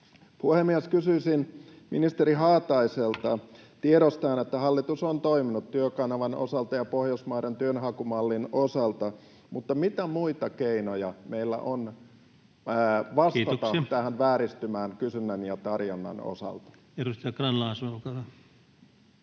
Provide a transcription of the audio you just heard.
Puhemies! Kysyisin ministeri Haataiselta, tiedostaen, että hallitus on toiminut Työkanavan osalta ja Pohjoismaiden työnhakumallin osalta, mutta mitä muita keinoja meillä on vastata [Puhemies: Kiitoksia!] tähän vääristymään kysynnän ja tarjonnan osalta. [Speech 79] Speaker: